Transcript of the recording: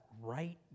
right